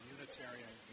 Unitarian